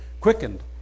quickened